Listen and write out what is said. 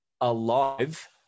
alive